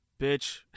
bitch